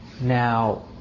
Now